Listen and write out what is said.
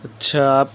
اچّھا آپ